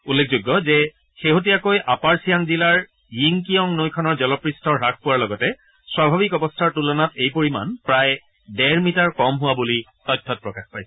উল্লেখযোগ্য যে শেহতীয়াকৈ আপাৰ চিয়াং জিলাৰ য়িংকিয়ং নৈখনৰ জলপূষ্ঠ হ্যাস পোৱাৰ লগতে স্বাভাৱিক অৱস্থাৰ তুলনাত এই পৰিমাণ প্ৰায় ডেৰ মিটাৰ কম হোৱা বুলি তথ্যত প্ৰকাশ পাইছে